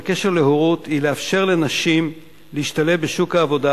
בקשר להורות היא לאפשר לנשים להשתלב בשוק העבודה.